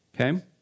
Okay